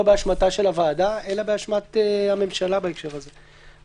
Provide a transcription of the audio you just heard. לא באשמתה של הוועדה אלא באשמת הממשלה בהקשר הזה.